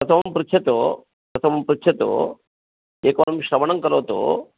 प्रथमं पृच्छतु प्रथमं पृच्छतु एकवारं श्रवणं करोतु